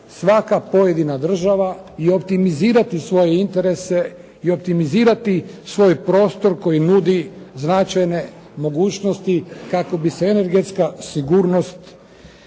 svaka pojedina država i optimizirati svoje interese i optimizirati svoj prostor koji nudi značajne mogućnosti kako bi se energetska sigurnost